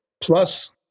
plus